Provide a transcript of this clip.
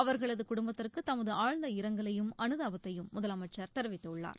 அவா்களது குடும்பத்திற்கு தமது ஆழ்ந்த இரங்கலையும் அனுதாபத்தையும் முதலமைச்சா் தெரிவித்துள்ளார்